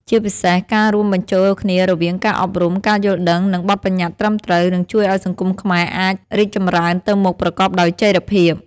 ជាពិសេសការរួមបញ្ចូលគ្នារវាងការអប់រំ ការយល់ដឹង និងបទប្បញ្ញត្តិត្រឹមត្រូវ នឹងជួយឲ្យសង្គមខ្មែរអាចរីកចម្រើនទៅមុខប្រកបដោយចីរភាព ។